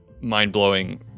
mind-blowing